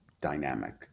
dynamic